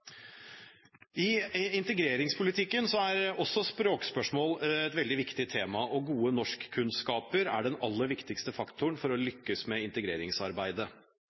I integreringspolitikken er også språkspørsmål et veldig viktig tema, og gode norskkunnskaper er den aller viktigste faktoren for å lykkes med integreringsarbeidet.